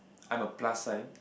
I'm a plus sign